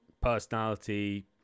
personality